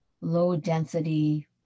low-density